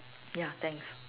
ya thanks